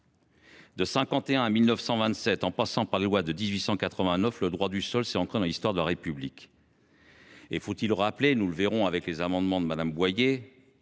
de 1851 à 1927, en passant par la loi de 1889, le droit du sol s’est ancré dans l’histoire de la République. Ce n’est pas vrai ! Faut il rappeler – nous le verrons avec les amendements de Mme Boyer,